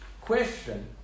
question